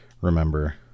remember